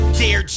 dear